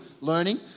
learning